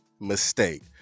mistake